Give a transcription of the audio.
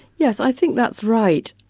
yes, i think that's right.